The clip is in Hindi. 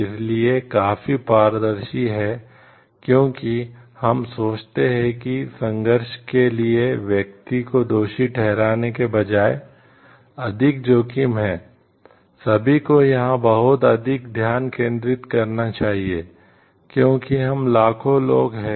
इसलिए काफी पारदर्शी है क्योंकि हम सोचते हैं कि संघर्ष के लिए व्यक्ति को दोषी ठहराने के बजाय अधिक जोखिम है सभी को यहां बहुत अधिक ध्यान केंद्रित करना चाहिए क्योंकि हम लाखों लोग हैं